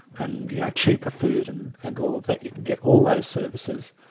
and yeah cheaper food and and all of that. you can get all those services,